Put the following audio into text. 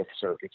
Circuit